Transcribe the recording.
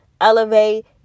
elevate